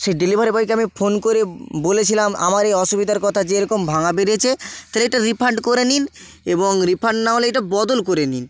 সেই ডেলিভারি বয়কে আমি ফোন করে বলেছিলাম আমার এই অসুবিধার কথা যে এরকম ভাঙা বেরিয়েছে তাহলে এটা রিফান্ড করে নিন এবং রিফান্ড না হলে এটা বদল করে নিন